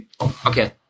Okay